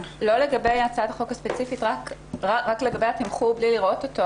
לגבי התמחור בלי לראות אותו,